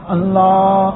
Allah